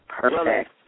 Perfect